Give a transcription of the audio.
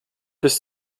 bis